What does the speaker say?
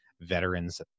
Veterans